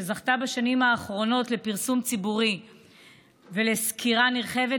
שזכתה בשנים האחרונות לפרסום ציבורי ולסקירה נרחבת,